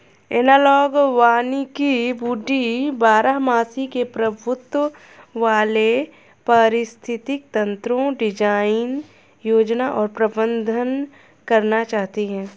analogue वानिकी woody बारहमासी के प्रभुत्व वाले पारिस्थितिक तंत्रको डिजाइन, योजना और प्रबंधन करना चाहती है